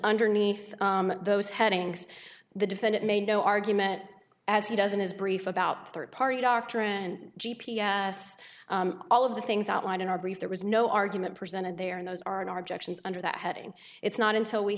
underneath those headings the defendant made no argument as he doesn't his brief about third party doctrine g p s all of the things outlined in our brief there was no argument presented there and those are in our direction under that heading it's not until we